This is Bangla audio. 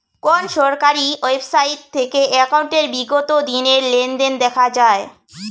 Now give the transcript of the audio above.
কোন সরকারি ওয়েবসাইট থেকে একাউন্টের বিগত দিনের লেনদেন দেখা যায়?